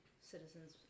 citizens